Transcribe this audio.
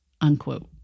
unquote